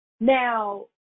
Now